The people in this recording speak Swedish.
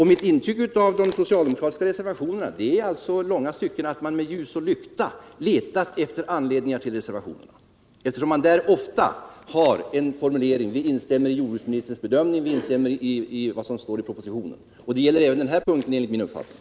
Mitt intryck av de socialdemokratiska reservationerna är att man med ljus och lykta letat efter anledningar till reservationerna, eftersom man i reservationerna ofta har formuleringen: Vi instämmer i jordbruksministerns bedömning i propositionen. Det gäller enligt min uppfattning även den här reservationen.